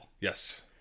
Yes